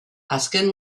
azken